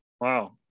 Wow